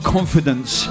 Confidence